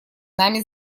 нами